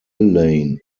lane